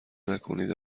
نکنید